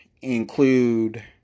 include